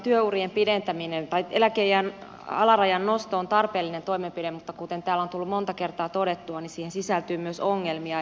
työurien pidentäminen ja eläkeiän alarajan nosto on tarpeellinen toimenpide mutta kuten täällä on tullut monta kertaa todettua niin siihen sisältyy myös ongelmia